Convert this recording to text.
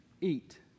eat